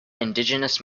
indigenous